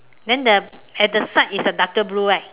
then the at the side is the darker blue right